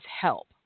help